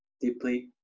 deeply